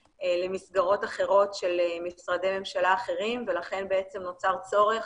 למסגרות אחרות של משרדי ממשלה אחרים ולכן בעצם נוצר צורך